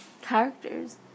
Characters